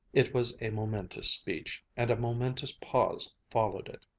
it was a momentous speech, and a momentous pause followed it.